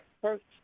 first